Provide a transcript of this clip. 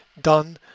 done